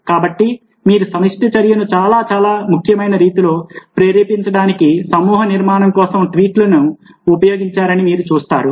కాబట్టి మీరు సమిష్టి చర్యను చాలా చాలా ముఖ్యమైన రీతిలో ప్రేరేపించడానికి సమూహ నిర్మాణం కోసం ట్వీట్లను ఉపయోగించారని మీరు చూస్తారు